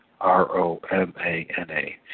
R-O-M-A-N-A